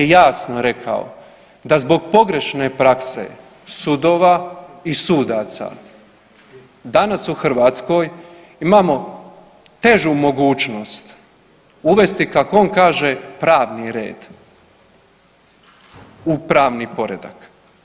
On je jasno rekao da zbog pogrešne prakse sudova i sudaca danas u Hrvatskoj imamo težu mogućnost uvesti kako on kaže pravni red u pravni poredak.